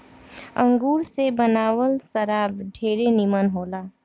अंगूर से बनावल शराब ढेरे निमन होला